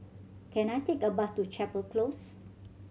can I take a bus to Chapel Close